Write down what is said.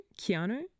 Keanu